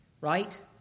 Right